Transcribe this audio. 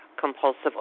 compulsive